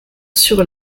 sur